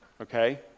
Okay